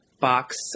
box